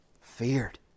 feared